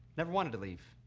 never wanted to leave